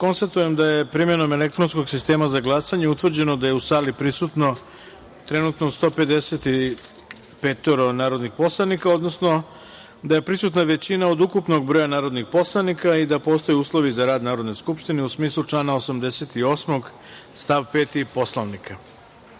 jedinice. Konstatujem da je primenom elektronskog sistema za glasanje utvrđeno da je u sali prisutno trenutno 155 narodnih poslanika, odnosno da je prisutna većina od ukupnog broja narodnih poslanika i da postoje uslovi za rad Narodne skupštine u smislu člana 88. stav 5. Poslovnika. Kao